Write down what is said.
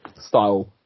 style